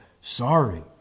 sorry